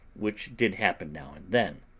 which did happen now and then,